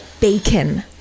bacon